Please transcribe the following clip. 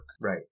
Right